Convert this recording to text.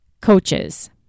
coaches